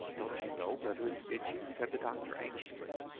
don't you know whether it bit you? said the doctor anxiously.